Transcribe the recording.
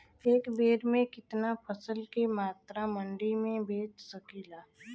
एक बेर में कितना फसल के मात्रा मंडी में बेच सकीला?